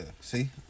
See